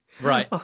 Right